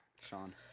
Sean